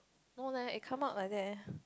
no leh it come out like that eh